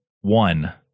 one